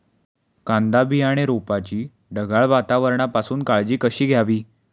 कांदा बियाणे रोपाची ढगाळ वातावरणापासून काळजी कशी घ्यावी?